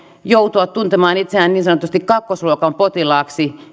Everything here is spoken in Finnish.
joutua tuntemaan itseään niin sanotusti kakkosluokan potilaaksi